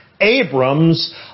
Abram's